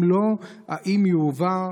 אם לא, האם יועבר?